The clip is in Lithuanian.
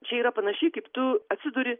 čia yra panašiai kaip tu atsiduri